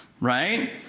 Right